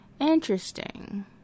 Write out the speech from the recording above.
Interesting